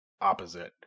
opposite